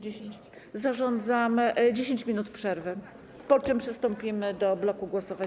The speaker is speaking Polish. Zarządzam 10 minut przerwy, po czym przystąpimy do bloku głosowań.